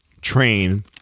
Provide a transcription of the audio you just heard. train